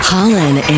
Holland